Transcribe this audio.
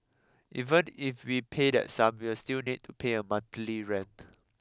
even if we pay that sum we will still need to pay a monthly rent